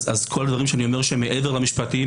אז כל הדברים שאני אומר שהם מעבר למשפטים,